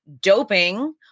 doping